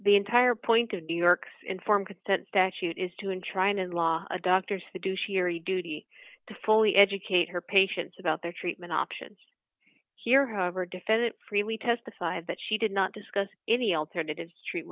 the entire point of new york's informed consent statute is to in trying to unlock a doctors to do sherry duty to fully educate her patients about their treatment options here however defendant freely testified that she did not discuss any alternatives treat